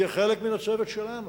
יהיה חלק מן הצוות שלנו,